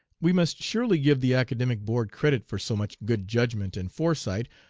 we must surely give the academic board credit for so much good judgment and foresight,